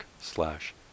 slash